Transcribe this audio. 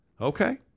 Okay